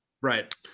Right